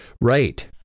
Right